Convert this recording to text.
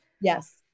Yes